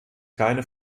keine